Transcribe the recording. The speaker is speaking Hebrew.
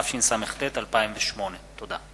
התשס"ט 2008. תודה.